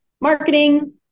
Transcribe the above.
marketing